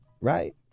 right